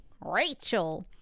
Rachel